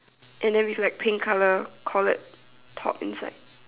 and then with like pink colour collared top inside